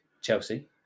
Chelsea